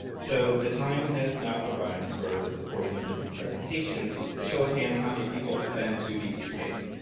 so the time has now arrived for the portion of this presentation a show of hands how many people have been to d c. space?